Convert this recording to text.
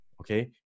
okay